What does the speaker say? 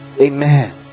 Amen